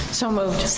so moved.